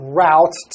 route